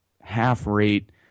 half-rate